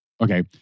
Okay